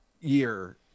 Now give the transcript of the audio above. year